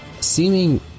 Seeming